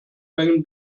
mengen